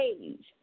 age